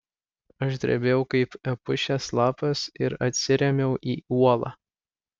aš drebėjau kaip epušės lapas ir atsirėmiau į uolą